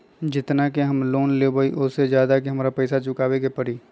जेतना के हम लोन लेबई ओ से ज्यादा के हमरा पैसा चुकाबे के परी?